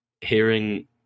hearing